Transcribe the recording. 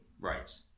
Right